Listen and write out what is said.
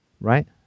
right